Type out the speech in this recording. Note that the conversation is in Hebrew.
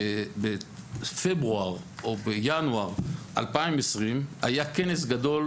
בפברואר או בינואר 2020 היה כנס גדול